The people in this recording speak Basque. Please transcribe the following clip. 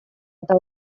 eta